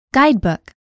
Guidebook